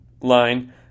line